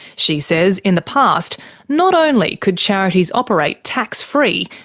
she says in the past not only could charities operate tax-free,